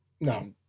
No